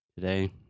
Today